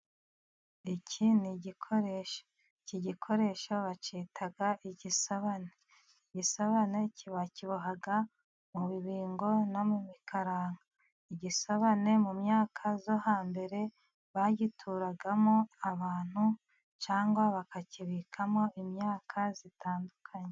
Iki ni igikoresho iki gikoresho bacyita igisobane, igisobane bakiboha mu bibingo no mu mikaranka, igisobane mu myaka yo hambere bagituragamo abantu, cyangwa bakakibikamo imyaka itandukanye.